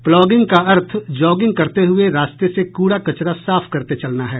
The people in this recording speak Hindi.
प्लॉगिंग का अर्थ जॉगिंग करते हुए रास्ते से कूड़ा कचरा साफ करते चलना है